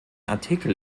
artikel